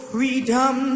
Freedom